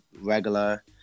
regular